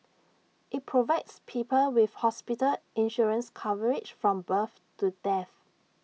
IT provides people with hospital insurance coverage from birth to death